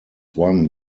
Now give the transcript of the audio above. one